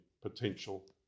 potential